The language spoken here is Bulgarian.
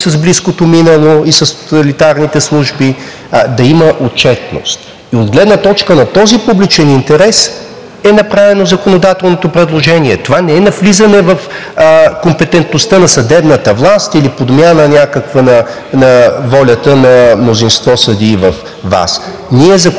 с близкото минало и с тоталитарните служби, да има отчетност. От гледна точка на този публичен интерес е направено законодателното предложение. Това не е навлизане в компетентността на съдебната власт или някаква подмяна на волята на мнозинство съдии във ВАС. Ние законодателстваме